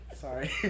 Sorry